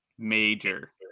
major